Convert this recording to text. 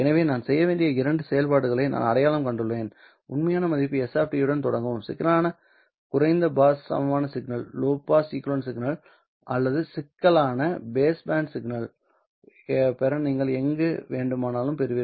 எனவே நான் செய்ய வேண்டிய இரண்டு செயல்பாடுகளை நான் அடையாளம் கண்டுள்ளேன் உண்மையான மதிப்பு s உடன் தொடங்கவும் சிக்கலான குறைந்த பாஸ் சமமான சிக்னல் அல்லது சிக்கலான பேஸ் பேண்ட் சிக்னலைப் பெற நீங்கள் எங்கு வேண்டுமானாலும் பெறுவீர்கள்